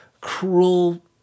cruel